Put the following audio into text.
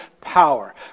power